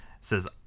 says